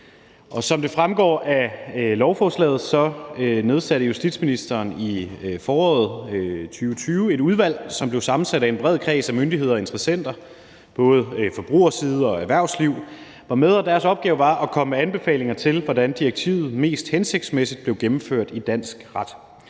som det fremgår af lovforslaget, nedsatte justitsministeren i foråret 2020 et udvalg, som blev sammensat af en bred kreds af myndigheder og interessenter fra både forbrugerside og erhvervsliv. Deres opgave var at komme med anbefalinger til, hvordan direktivet mest hensigtsmæssigt blev gennemført i dansk ret.